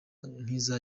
nk’iza